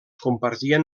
compartien